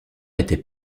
était